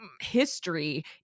history